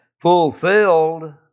fulfilled